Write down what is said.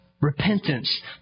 Repentance